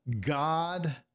God